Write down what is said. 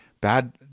Bad